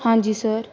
ਹਾਂਜੀ ਸਰ